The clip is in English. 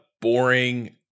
boring